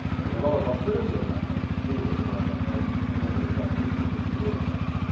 there was a lot of hostility at that point between the commander and mahendra chaudry and his fiji labour party.